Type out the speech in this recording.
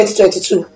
2022